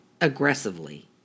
aggressively